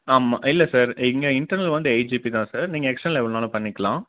ஆமாம் இல்லை சார் இங்கே இன்டர்னல் வந்து எயிட் ஜிபி தான் சார் நீங்கள் எக்ஸ்டர்னல் எவ்வளோ வேணாலும் பண்ணிக்கலாம்